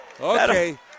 Okay